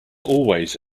always